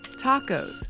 tacos